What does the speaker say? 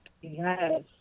Yes